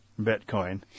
Bitcoin